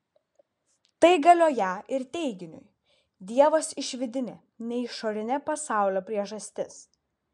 tai galioją ir teiginiui dievas išvidinė ne išorinė pasaulio priežastis